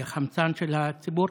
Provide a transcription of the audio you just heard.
היא החמצן של הציבור.